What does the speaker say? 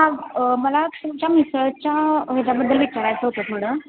हां मला तुमच्या मिसळच्या ह्याच्याबद्दल विचारायचं होतं थोडं